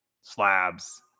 slabs